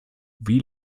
wie